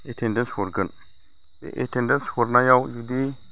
attendance हरगोन बे attendance हरनायाव जुदि